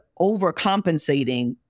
overcompensating